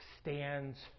Stands